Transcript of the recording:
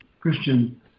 Christian